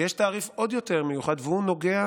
ויש תעריף עוד יותר מיוחד, והוא נוגע